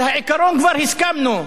על העיקרון כבר הסכמנו,